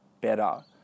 better